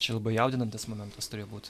čia labai jaudinantis momentas turėjo būti